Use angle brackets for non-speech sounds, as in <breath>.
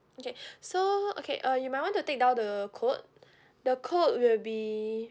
okay <breath> so okay uh you might want to take down the code the code will be